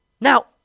Now